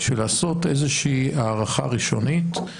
בשביל לעשות איזה שהיא הערכה ראשונית?